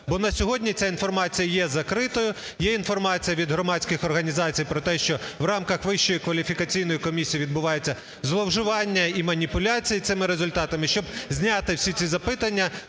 Бо на сьогодні ця інформація є закритою. Є інформація від громадських організацій про те, що в рамках Вищої кваліфікаційної комісії відбувається зловживання і маніпуляції цими результатами. Щоб зняти всі ці запитання,